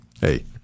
hey